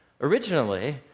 Originally